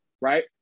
right